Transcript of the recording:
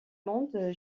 monde